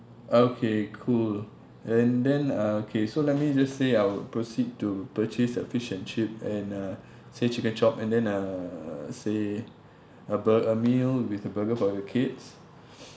okay cool and then uh K so let me just say I'll proceed to purchase a fish and chip and uh say chicken chop and then uh say a bur~ a meal with a burger for the kids